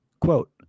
quote